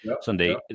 Sunday